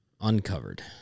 uncovered